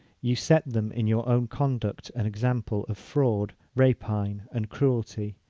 you set them in your own conduct an example of fraud, rapine, and cruelty,